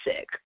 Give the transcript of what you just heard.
sick